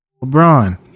LeBron